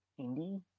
indie